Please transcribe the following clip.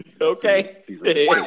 Okay